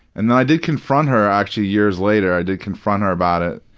and i did confront her, actually, years later. i did confront her about it,